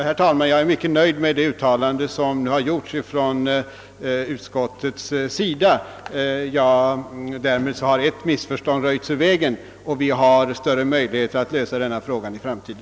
Herr talman! Jag är mycket nöjd med herr Nordstrandhs kommentarer till svaret, framför allt det som han sade i slutet av sitt korta anförande.